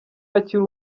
akiri